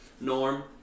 Norm